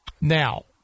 Now